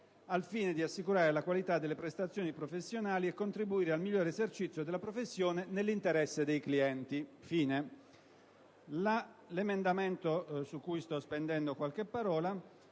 al fine di assicurare la qualità delle prestazioni professionali e di contribuire al migliore esercizio della professione nell'interesse dei clienti».